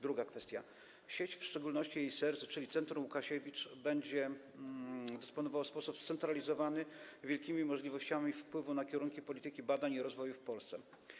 Druga kwestia, sieć, w szczególności jej serce, czyli Centrum Łukasiewicz, będzie dysponowała w sposób scentralizowany wielkimi możliwościami wpływu na kierunki polityki w zakresie badań i rozwoju w Polsce.